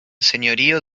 señorío